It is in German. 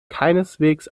keineswegs